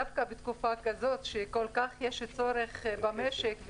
דווקא בתקופה כזו כשיש כל כך יש צורך במשק,